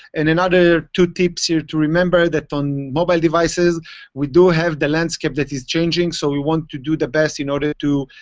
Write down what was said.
and another two tips here to remember, that on mobile devices we do have the landscape that is changing. so we want to do the best in order to